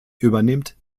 übernimmt